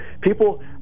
people